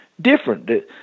different